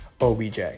OBJ